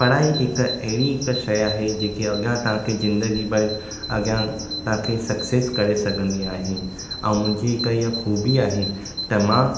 पढ़ाई हिक अहिड़ी हिक शइ आहे जेकी अॻियां तव्हां खे ज़िंदगी भर अॻियां तव्हां खे सक्सैस करे सघंदी आहे ऐं मुंहिंजी हिक हीअ ख़ूबी आहे त मां